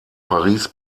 paris